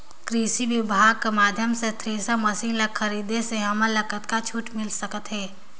कृषि विभाग कर माध्यम से थरेसर मशीन ला खरीदे से हमन ला कतका छूट मिल सकत हे?